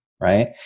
Right